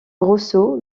rousseau